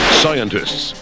scientists